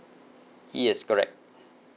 yes correct